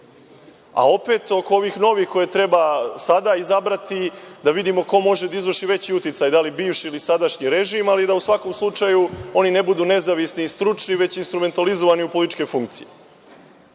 Opet, oko ovih novih koje treba sada izabrati, da vidimo ko može da izvrši veći uticaj, da li bivši, da li sadašnji režim, ali da u svakom slučaju oni ne budu nezavisni i stručni, već instrumentalizovani u političke funkcije. Dveri